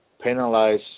penalize